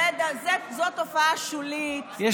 הוא תופעה שולית,